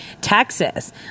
Texas